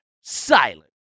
silent